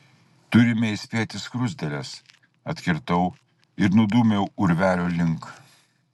turime įspėti skruzdėles atkirtau ir nudūmiau urvelio link